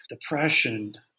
depression